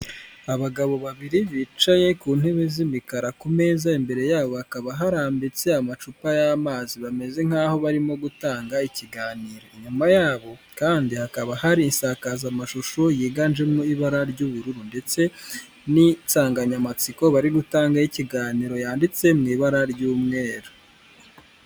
Abagabo babiri bicaye ku ntebe z'imikara ku meza imbere y'abo hakaba harambitse amacupa y'amazi, bameze nk'aho barimo gutanga ikiganiro, inyuma yabo kandi hakaba hari isakaza amashusho yiganjemo ibara ry'ubururu ndetse n'insanganyamatsiko bari gutangaho ikiganiro yanditse mu ibara ry'umweru.